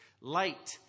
Light